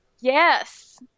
yes